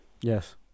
Yes